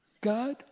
God